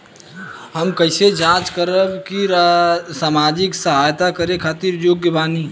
हम कइसे जांच करब की सामाजिक सहायता करे खातिर योग्य बानी?